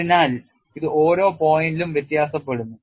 അതിനാൽ ഇത് ഓരോ പോയിന്റിലും വ്യത്യാസപ്പെടുന്നു